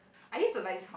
I use to like